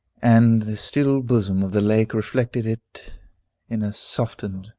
and the still bosom of the lake reflected it in a softened,